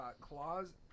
claws